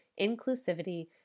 inclusivity